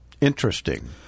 Interesting